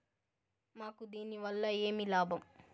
మాకు దీనివల్ల ఏమి లాభం